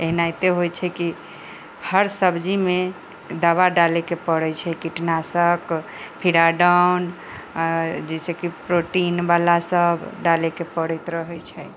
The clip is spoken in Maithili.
एनहिते होइ छै की हर सब्जी मे दबा डाले के परै छै कीटनाशक फिराडॉन आ जैसेकि प्रोटीन बला सब डाले के परैत रहै छै